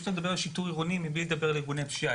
אי אפשר לדבר על שיטור עירוני מבלי לדבר על ארגוני פשיעה.